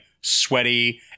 sweaty